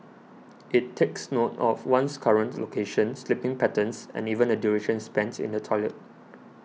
it takes note of one's current locations sleeping patterns and even the duration spends in the toilet